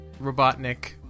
Robotnik